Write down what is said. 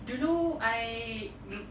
dulu I